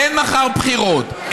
אין מחר בחירות.